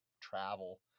travel